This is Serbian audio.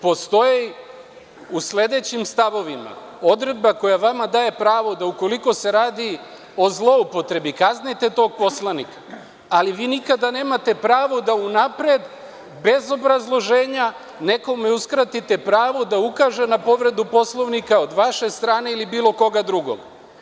Postoji u sledećim stavovima, odredba koja vama daje pravo da ukoliko se radi o zloupotrebi kaznite tog poslanika, ali vi nikada nemate pravo da unapred bez obrazloženja nekome uskratite pravo da ukaže na povredu Poslovnika od vaše strane ili bilo koga drugog.